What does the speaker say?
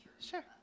sure